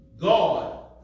God